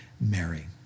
Mary